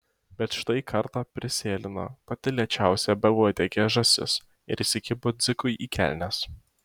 bet štai kartą prisėlino pati lėčiausia beuodegė žąsis ir įsikibo dzikui į kelnes